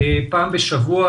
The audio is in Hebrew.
פעם בשבוע.